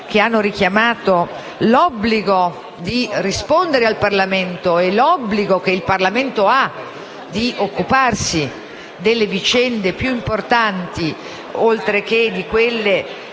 che hanno richiamato l'obbligo di rispondere al Parlamento e l'obbligo che il Parlamento ha di occuparsi delle vicende più importanti, oltre che di quelle